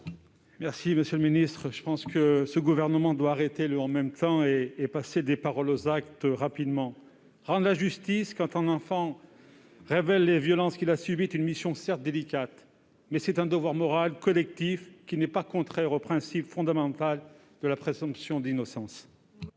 je vous remercie, mais je pense que ce gouvernement doit arrêter le « en même temps » et rapidement passer des paroles aux actes ! Rendre la justice quand un enfant révèle les violences qu'il a subies est certes une mission délicate, mais c'est un devoir moral collectif, qui n'est pas contraire au principe fondamental de la présomption d'innocence.